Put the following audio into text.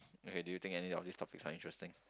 okay do you think any of these topics are interesting